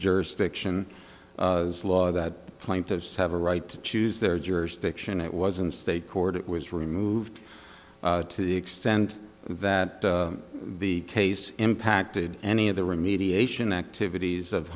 jurisdiction as law that the plaintiffs have a right to choose their jurisdiction it was in state court it was removed to the extent that the case impacted any of the remediation activities of